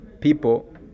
people